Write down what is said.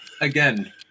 Again